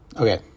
Okay